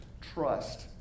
trust